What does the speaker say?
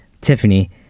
Tiffany